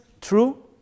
true